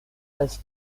als